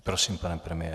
Prosím, pane premiére.